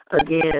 Again